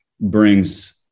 brings